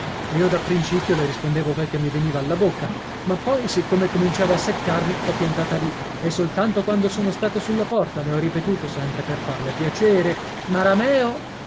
io da principio le rispondevo quel che mi veniva alla bocca ma poi siccome cominciavo a seccarmi l'ho piantata li e soltanto quando sono stato sulla porta le ho ripetuto sempre per farle piacere marameo